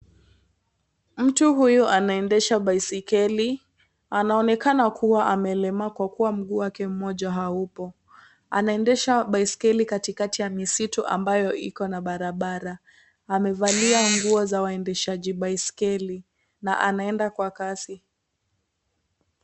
Mtu huyu anaendesha baiskeli, anaonekana kuwa amelemaa kwa kuwa mguu wake mmoja haupo. anaendesha baiskeli katikati ya miditu ambayo iko n barabara amevalia nguo ya waendeshaji baiskeli na anaenda kwa kasi.